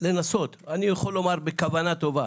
לנסות בכוונה טובה